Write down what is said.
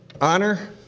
Honor